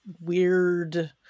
weird